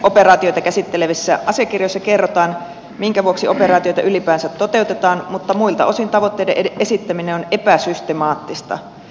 operaatioita käsittelevissä asiakirjoissa kerrotaan minkä vuoksi operaatioita ylipäänsä toteutetaan mutta muilta osin tavoitteiden esittäminen on epäsystemaattista